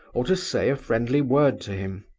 or to say a friendly word to him.